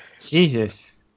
Jesus